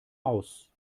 aus